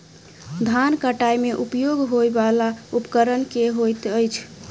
धान कटाई मे उपयोग होयवला उपकरण केँ होइत अछि?